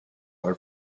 are